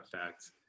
effect